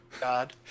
God